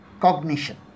Cognition